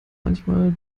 manchmal